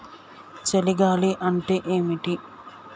చలి గాలి అంటే ఏమిటి?